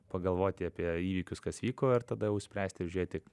pagalvoti apie įvykius kas vyko ir tada jau spręsti ir žiūrėti